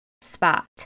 spot